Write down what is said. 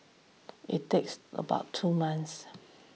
it takes about two months